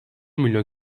milyon